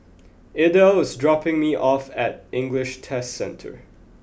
Idell is dropping me off at English Test Centre